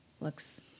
Looks